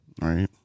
Right